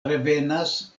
revenas